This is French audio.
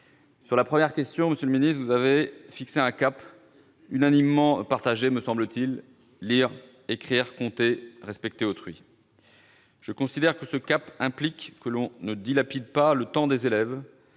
à la première question, monsieur le ministre, vous avez fixé un cap unanimement partagé : lire, écrire, compter, respecter autrui. Ce cap implique que l'on ne dilapide pas le temps des élèves,